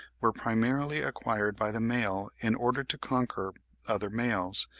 were primarily acquired by the male in order to conquer other males,